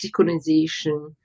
decolonization